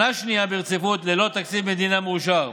שנה שנייה ברציפות, ללא תקציב מדינה מאושר.